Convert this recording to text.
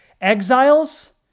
exiles